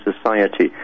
society